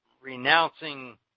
renouncing